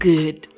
Good